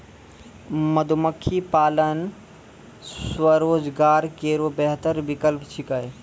मधुमक्खी पालन स्वरोजगार केरो बेहतर विकल्प छिकै